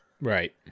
Right